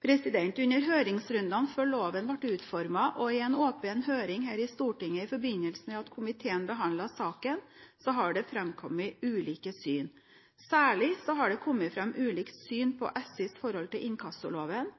Under høringsrundene før loven ble utformet, og i en åpen høring her i Stortinget i forbindelse med at komiteen behandlet saken, har det framkommet ulike syn. Særlig har det kommet fram ulike syn på SIs forhold til